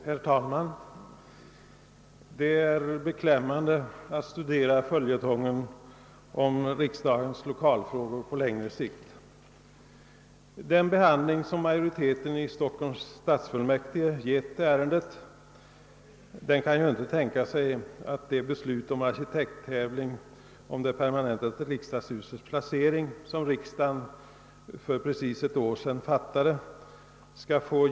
Herr talman! Det är beklämmande att studera följetongen om riksdagens lokalfrågor på längre sikt. Vid behandlingen av ärendet i Stockholms stadsfullmäktige har majoriteten inte gått med på det beslut beträffande en arkitekttävling om det permanenta riksdagshusets planering, som riksdagen för precis ett år sedan fattade.